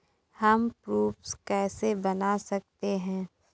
हम प्रारूप कैसे बना सकते हैं?